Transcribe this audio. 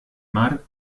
mar